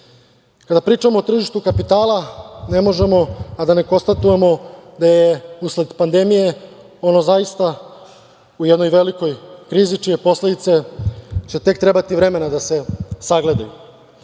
Kada pričamo o tržištu kapitala, ne možemo a da ne konstatujemo da je usled pandemije ono zaista u jednoj velikoj krizi za čije posledice će trebati vremena da se sagledaju.U